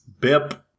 Bip